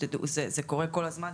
זה קורה כל הזמן.